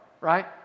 right